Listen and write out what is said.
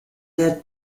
der